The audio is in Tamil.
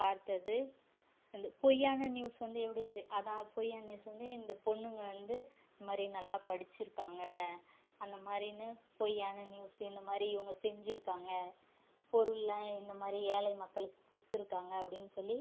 பார்தது அந்த பொய்யான நியூஸ் வந்து எப்படி தெரியும் அதான் பொய்யான நியூஸ் வந்து இந்த பொண்ணுங்க வந்து இந்தமாதிரி நல்லா படிச்சிருக்காங்க அந்த மாதிரின்னு பொய்யான நியூஸு இந்த மாதிரி இவங்க செஞ்சிருக்காங்க பொருள்லாம் இந்த மாதிரி ஏழை மக்களுக்கு கொடுத்துருக்காங்க அப்டின்னு சொல்லி